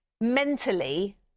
mentally